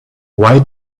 why